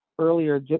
Earlier